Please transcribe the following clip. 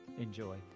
Enjoy